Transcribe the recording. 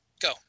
Go